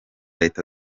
leta